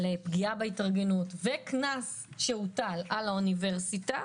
פגיעה בהתארגנות וקנס שהוטל על האוניברסיטה